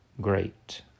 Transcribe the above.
great